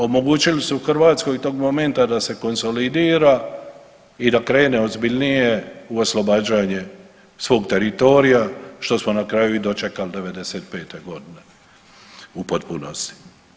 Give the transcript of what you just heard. Omogućili su Hrvatskoj tog momenta da se konsolidira i krene ozbiljnije u oslobađanje svoj teritorija što smo i na kraju i dočekali '95. godine u potpunosti.